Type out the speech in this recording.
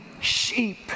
sheep